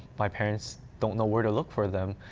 my parents don't know where to look for them.